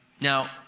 Now